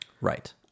right